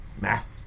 math